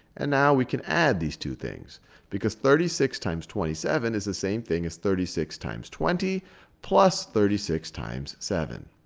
and now we can add these two things because thirty six times twenty seven is the same thing as thirty six times twenty plus thirty six times seven.